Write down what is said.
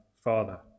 Father